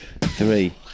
Three